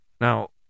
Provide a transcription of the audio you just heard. Now